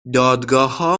دادگاهها